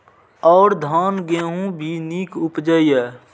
और धान गेहूँ भी निक उपजे ईय?